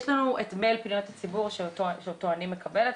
יש לנו את מייל פניות הציבור שאותו אני מקבלת,